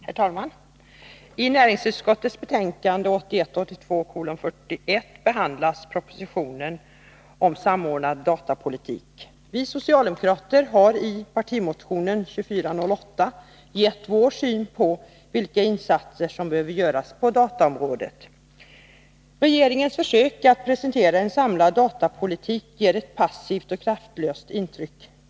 Herr talman! I näringsutskottets betänkande 1981/82:41 behandlas propositionen om samordnad datapolitik. Vi socialdemokrater har i en partimotion, nr 2408, gett vår syn på vilka insatser som bör göras på dataområdet. Regeringens försök att presentera en samlad datapolitik ger ett passivt och kraftlöst intryck.